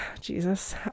Jesus